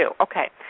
Okay